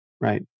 right